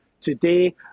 today